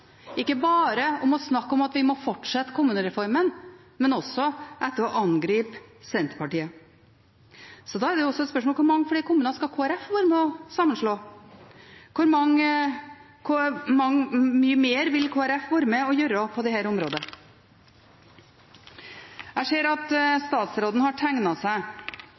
ikke bare for å snakke om at vi må fortsette kommunereformen, men også for å angripe Senterpartiet. Da er det også et spørsmål om hvor mange flere kommuner Kristelig Folkeparti skal være med på å sammenslå. Hvor mye mer vil Kristelig Folkeparti være med og gjøre på dette området? Jeg ser at statsråden har tegnet seg,